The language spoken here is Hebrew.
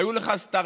היו לך סטרטאפים.